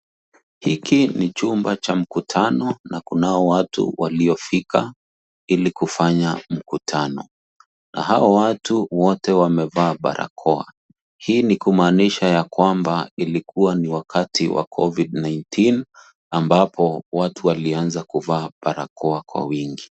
Hiki ni chumba cha mkutano na kunao watu waliofika ili kufanya mkutana na hao watu wote wamevaa barakoa. Hii ni kumaanisha ya kwamba ilikua ni wakati wa Covid-19 ambapo watu walianza kuvaa barakoa kwa wingi.